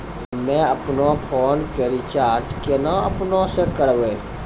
हम्मे आपनौ फोन के रीचार्ज केना आपनौ से करवै?